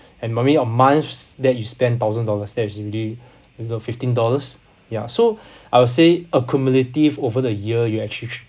and maybe a month that you spend thousand dollars that's already you know fifteen dollars ya so I would say accumulative over the year you actually